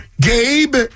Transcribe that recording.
Gabe